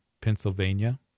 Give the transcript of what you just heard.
Pennsylvania